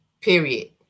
Period